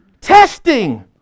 Testing